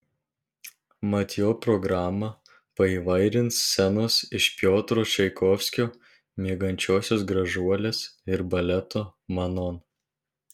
mat jo programą paįvairins scenos iš piotro čaikovskio miegančiosios gražuolės ir baleto manon